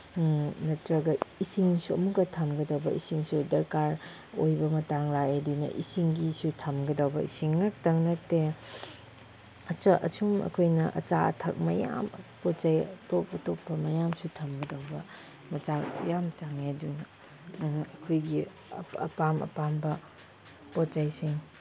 ꯅꯠꯇ꯭ꯔꯒ ꯏꯁꯤꯡꯁꯨ ꯑꯃꯨꯛꯀ ꯊꯝꯒꯗꯧꯕ ꯏꯁꯤꯡꯁꯨ ꯗꯔꯀꯥꯔ ꯑꯣꯏꯕ ꯃꯇꯥꯡ ꯂꯥꯛꯑꯦ ꯑꯗꯨꯅ ꯏꯁꯤꯡꯒꯤꯁꯨ ꯊꯝꯒꯗꯧꯕ ꯏꯁꯤꯡ ꯉꯥꯛꯇꯪ ꯅꯠꯇꯦ ꯑꯆꯥ ꯑꯁꯨꯝ ꯑꯩꯈꯣꯏꯅ ꯑꯆꯥ ꯑꯊꯛ ꯃꯌꯥꯝ ꯄꯣꯠ ꯆꯩ ꯑꯇꯣꯞ ꯑꯇꯣꯞꯄ ꯃꯌꯥꯝꯁꯨ ꯊꯝꯒꯗꯧꯕ ꯃꯆꯥꯛ ꯌꯥꯝ ꯆꯥꯡꯑꯦ ꯑꯗꯨꯅ ꯑꯩꯈꯣꯏꯒꯤ ꯑꯄꯥꯝ ꯑꯄꯥꯝꯕ ꯄꯣꯠ ꯆꯩꯁꯤꯡ